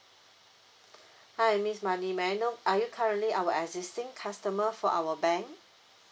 hi miss manny may I know are you currently our existing customer for our bank